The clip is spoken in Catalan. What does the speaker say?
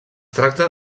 tracta